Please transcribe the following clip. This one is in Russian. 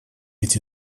эти